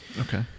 Okay